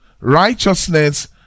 Righteousness